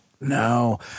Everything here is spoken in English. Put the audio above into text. No